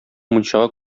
мунчага